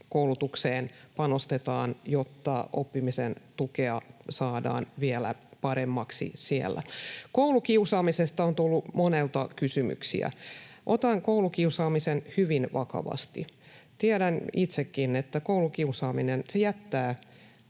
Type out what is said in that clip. koulutukseen panostetaan, jotta oppimisen tukea saadaan vielä paremmaksi siellä. Koulukiusaamisesta on tullut monelta kysymyksiä. Otan koulukiusaamisen hyvin vakavasti. Tiedän itsekin, että koulukiusaaminen jättää